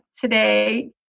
today